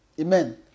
Amen